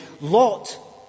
Lot